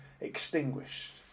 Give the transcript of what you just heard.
extinguished